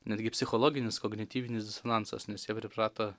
netgi psichologinis kognityvinis disonansas nes jie priprato